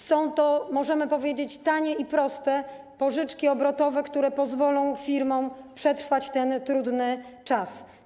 Są to, możemy powiedzieć, tanie i proste pożyczki obrotowe, które pozwolą firmom przetrwać ten trudny czas.